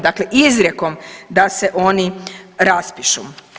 Dakle, izrijekom da se oni raspišu.